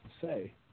say